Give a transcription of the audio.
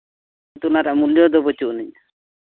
ᱠᱤᱱᱛᱩ ᱚᱱᱟ ᱨᱮᱭᱟᱜ ᱢᱩᱞᱞᱚ ᱫᱚ ᱵᱟᱹᱪᱩᱜ ᱟᱹᱱᱤᱡ